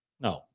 no